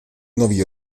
nový